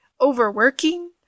overworking